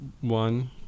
one